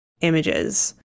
images